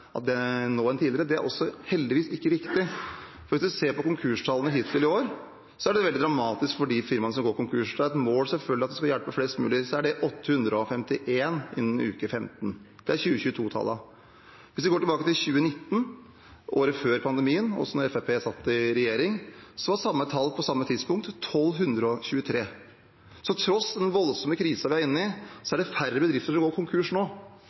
er heldigvis heller ikke riktig. Det er veldig dramatisk for de firmaene som går konkurs, og det er selvfølgelig et mål at en skal hjelpe flest mulig, men hvis vi ser på konkurstallene hittil i år, er det 851 innen uke 15. Det er 2022-tallene. Hvis vi går tilbake til 2019 – året før pandemien, og også da Fremskrittspartiet satt i regjering – så var samme tall på samme tidspunkt 1 223. Så tross den voldsomme krisen vi er inne i, er det færre bedrifter som går konkurs nå.